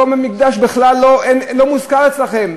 מקום מקדש בכלל לא מוזכר אצלכם,